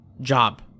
job